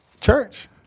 Church